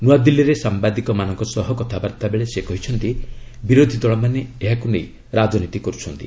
ନୂଆଦିଲ୍ଲୀରେ ସାମ୍ବାଦିକମାନଙ୍କ ସହ କଥାବାର୍ତ୍ତା ବେଳେ ସେ କହିଛନ୍ତି ବିରୋଧୀ ଦଳମାନେ ଏହାକୁ ନେଇ ରାଜନୀତି କରୁଛନ୍ତି